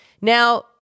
Now